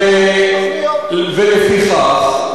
ולפיכך,